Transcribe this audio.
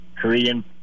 Korean